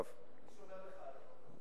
הוא שומר לך עליו.